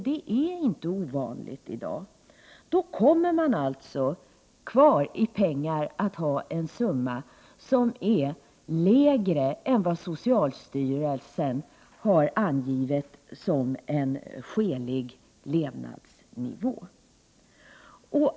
— det är inte så ovanligt i dag -— kommer man alltså att ha kvar en summa som ger lägre standard än vad socialstyrelsen har angivit som en skälig levnadsnivå.